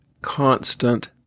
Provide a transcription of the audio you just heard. constant